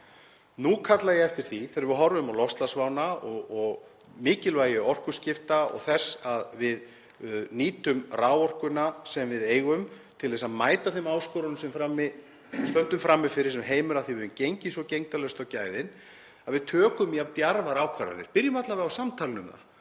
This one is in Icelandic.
Nú kalla ég eftir því þegar við horfum á loftslagsvána og mikilvægi orkuskipta og þess að við nýtum raforkuna sem við eigum til þess að mæta þeim áskorunum sem við stöndum frammi fyrir, þessi heimur, af því að við höfum gengið svo gegndarlaust á gæðin, að við tökum jafn djarfar ákvarðanir. Byrjum alla vega á samtalinu um það;